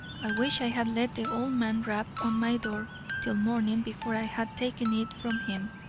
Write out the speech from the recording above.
i wish i had let the old man rap on my door till morning before i had taken it from him.